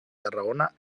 tarragona